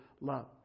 love